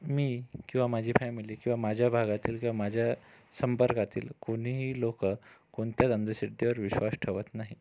मी किंवा माझी फॅमिली किंवा माझ्या भागातील किंवा माझ्या संपर्कातील कोणीही लोकं कोणत्याच अंधश्रद्धेवर विश्वास ठेवत नाही